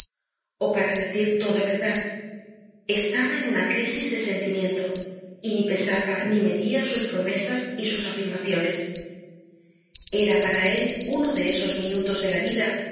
o para decir toda verdad estaba en una crisis de sentimiento y ni pesaba ni medía sus promesas y sus afirmaciones era para él uno de esos minutos de la vida